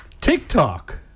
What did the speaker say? TikTok